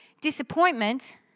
disappointment